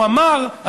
הוא אמר,